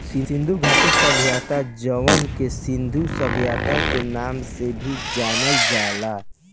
सिंधु घाटी सभ्यता जवना के सिंधु सभ्यता के नाम से भी जानल जाला